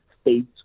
states